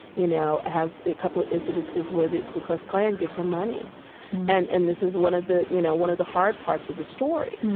you know, has a couple of incidences where the ku klux klan gives her money and and this is one of the, you know, one of the hard parts of the story.